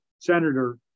senator